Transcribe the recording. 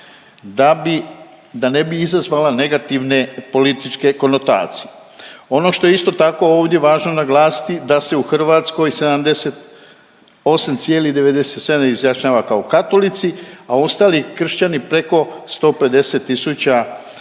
da ne bi izazvala negativne političke konotacije. Ono što je isto tako ovdje važno naglasiti da se u Hrvatskoj 78,97 izjašnjava kao Katolici, a ostali kršćani preko 150 tisuća